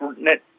net